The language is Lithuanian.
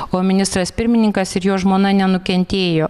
o ministras pirmininkas ir jo žmona nenukentėjo